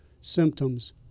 symptoms